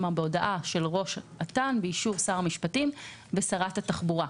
כלומר בהודעה של ראש את"ן באישור שר המשפטים ושרת התחבורה.